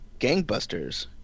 gangbusters